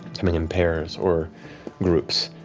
coming in pairs or groups.